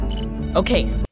Okay